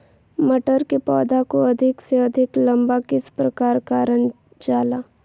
मटर के पौधा को अधिक से अधिक लंबा किस प्रकार कारण जाला?